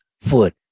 foot